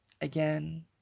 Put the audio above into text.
Again